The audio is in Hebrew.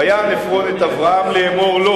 "ויען עפרון את אברהם לאמר לו"